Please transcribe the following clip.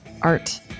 art